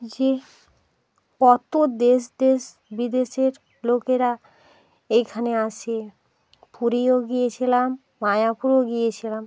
যে কত দেশ দেশ বিদেশের লোকেরা এইখানে আসে পুরীও গিয়েছিলাম মায়াপুরও গিয়েছিলাম